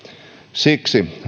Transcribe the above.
siksi